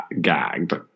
gagged